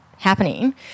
happening